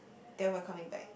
then we're coming back